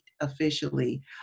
officially